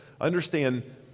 Understand